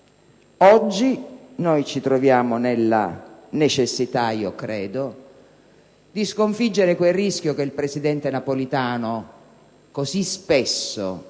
Oggi noi ci troviamo nella necessità - io credo - di sconfiggere quel rischio che il presidente Napolitano così spesso e